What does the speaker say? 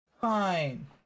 Fine